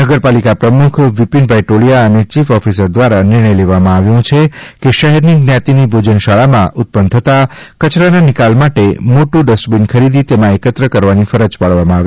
નગરપાલિકા પ્રમુખ વિપીનભાઈ ટોળીયા અને ચીફ ઓફિસર દ્વારા નિર્ણય લેવામાં આવ્યો કે શહેરની જ્ઞાતિની ભોજન શાળામાં ઉત્પન્ન થતાં કચરાના નિકાલ માટે મોટું ડસ્ટબિન ખરીદી તેમાં એકત્ર કરવાની ફરજ પાડવામાં આવે